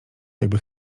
jakby